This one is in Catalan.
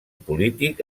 polític